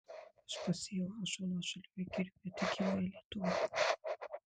aš pasėjau ąžuolą žalioje girioje tegyvuoja lietuva